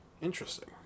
Interesting